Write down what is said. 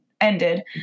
ended